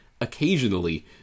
Occasionally